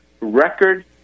record